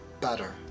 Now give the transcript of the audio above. better